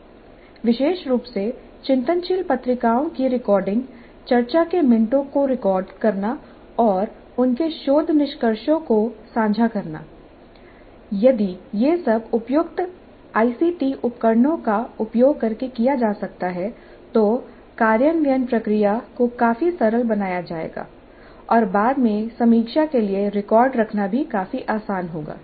विशेष रूप से चिंतनशील पत्रिकाओं की रिकॉर्डिंग चर्चा के मिनटों को रिकॉर्ड करना और उनके शोध निष्कर्षों को साझा करना यदि यह सब उपयुक्त आईसीटी उपकरणों का उपयोग करके किया जा सकता है तो कार्यान्वयन प्रक्रिया को काफी सरल बनाया जाएगा और बाद में समीक्षा के लिए रिकॉर्ड रखना भी काफी आसान होगा